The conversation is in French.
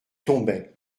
tombait